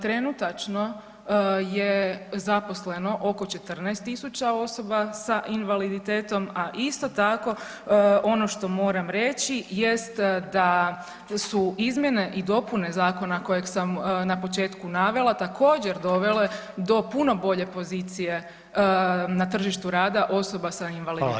Trenutačno je zaposleno oko 14.000 osoba sa invaliditetom, a isto tako ono što moram reći jest da su izmjene i dopune zakona kojeg sam na početku navela također dovele do puno bolje pozicije na tržištu rada osoba sa invaliditetom.